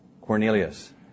Cornelius